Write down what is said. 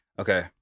Okay